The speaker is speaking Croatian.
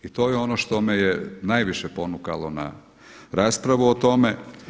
I to je ono što me je najviše ponukalo na raspravu o tome.